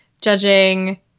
judging